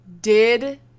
Did-